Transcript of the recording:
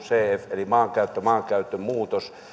eli maankäyttö maankäytön muutos